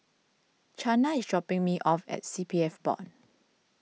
Chana is dropping me off at C P F Board